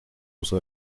uso